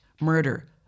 murder